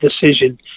decision